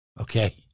Okay